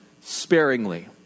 sparingly